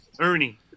ernie